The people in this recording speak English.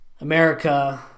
America